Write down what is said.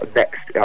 next